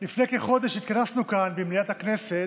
לפני כחודש התכנסו כאן, במליאת הכנסת,